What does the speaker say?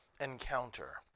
encounter